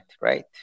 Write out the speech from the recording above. right